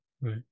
right